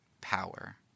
power